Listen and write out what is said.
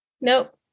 Nope